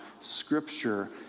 scripture